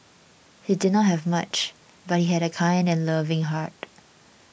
he did not have much but he had a kind and loving heart